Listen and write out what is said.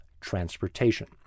Transportation